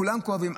כולם כואבים.